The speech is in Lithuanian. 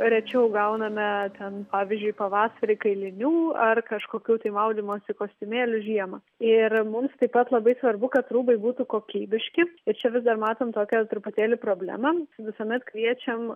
rečiau gauname ten pavyzdžiui pavasarį kailinių ar kažkokių tai maudymosi kostiumėlių žiemą ir mums tai pat labai svarbu kad rūbai būtų kokybiški ir čia vis dar matom tokią truputėlį problemą visuomet kviečiam